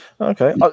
Okay